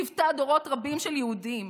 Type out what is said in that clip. ליוותה דורות רבים של יהודים.